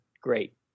great